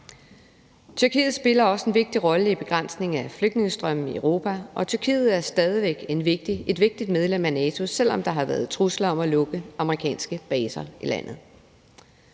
Tyrkiet spiller også en vigtig rolle i begrænsningen af flygtningestrømmene i Europa, og Tyrkiet er stadig væk et vigtigt medlem af NATO, selv om der har været trusler om at lukke amerikanske baser i landet.